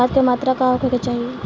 खाध के मात्रा का होखे के चाही?